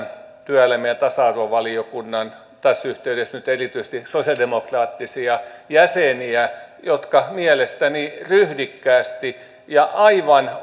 työelämä ja tasa arvovaliokunnan tässä yhteydessä nyt erityisesti sosialidemokraattisia jäseniä jotka mielestäni ryhdikkäästi ja aivan